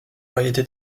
variété